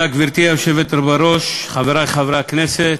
תודה, גברתי היושבת בראש, חברי חברי הכנסת,